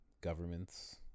governments